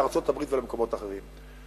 לארצות-הברית ולמקומות אחרים.